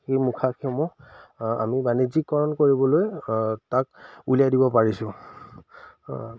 সেই মুখাসমূহ আমি বাণিজ্যিকৰণ কৰিবলৈ তাক উলিয়াই দিব পাৰিছোঁ